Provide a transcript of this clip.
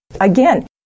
Again